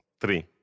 Three